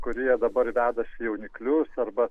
kurie dabar vedasi jauniklius arba